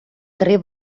три